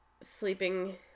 sleeping